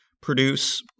produce